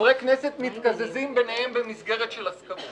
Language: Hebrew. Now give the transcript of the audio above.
חברי כנסת מתקזזים ביניהם במסגרת של הסכמות